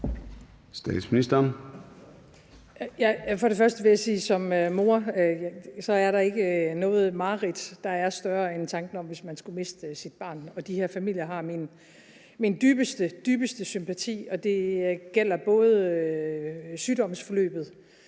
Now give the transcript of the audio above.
Frederiksen): For det første vil jeg sige som mor, at der ikke er noget mareridt, der er større end tanken om, at man skulle miste sit barn. De her familier har min dybeste, dybeste sympati, og det gælder både i forbindelse